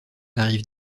arrive